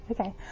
Okay